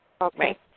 Okay